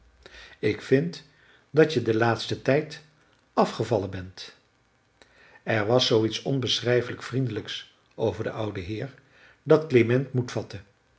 ik vind dat je den laatsten tijd afgevallen ben er was zooiets onbeschrijfelijk vriendelijks over den ouden heer dat klement moed vatte